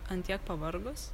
ant kiek pavargus